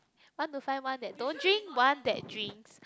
want to find one that don't drinks one that drinks